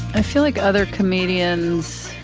i feel like other comedians,